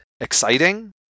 exciting